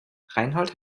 reinhold